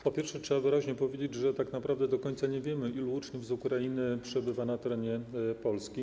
Po pierwsze, trzeba wyraźnie powiedzieć, że tak naprawdę do końca nie wiemy, ilu uczniów z Ukrainy przebywa na terenie Polski.